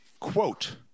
Quote